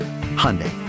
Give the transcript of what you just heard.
Hyundai